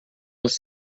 els